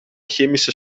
chemische